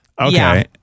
Okay